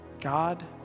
God